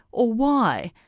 or why.